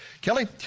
Kelly